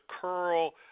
curl